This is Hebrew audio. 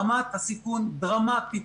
רמת הסיכון עולה באופן דרמטי.